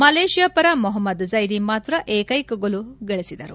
Malaysia ಪರ Mohammad Zaidi ಮಾತ್ರ ಏಕ್ಕೆಕ ಗೋಲು ಗಳಿಸಿದರು